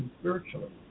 spiritually